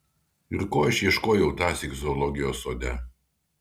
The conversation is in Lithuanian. ir ko aš ieškojau tąsyk zoologijos sode